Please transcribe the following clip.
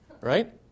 Right